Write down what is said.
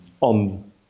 On